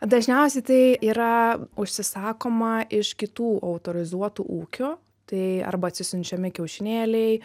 dažniausiai tai yra užsisakoma iš kitų autorizuotų ūkių tai arba atsisiunčiami kiaušinėliai